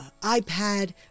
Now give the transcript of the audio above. iPad